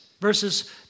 versus